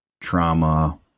trauma